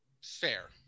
Fair